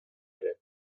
ere